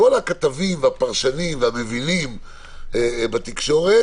הכתבים, כל הפרשנים וכל המבינים בתקשורת